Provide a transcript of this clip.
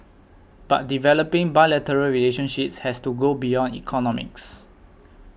but developing bilateral relationships has to go beyond economics